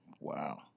Wow